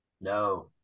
No